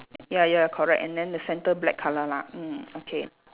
ya ya correct and then the centre black colour lah mm okay